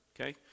Okay